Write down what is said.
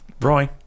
Roy